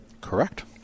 Correct